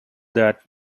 that